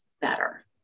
better